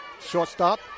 shortstop